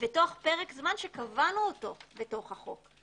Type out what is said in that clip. בתוך פרק זמן שקבענו אותו בתוך החוק,